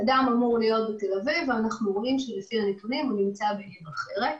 למשל אדם אמור להיות בתל אביב אבל לפי הנתונים הוא נמצא בעיר אחרת,